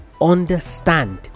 understand